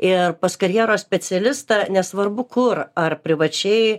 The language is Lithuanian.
ir pas karjeros specialistą nesvarbu kur ar privačiai